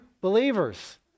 believers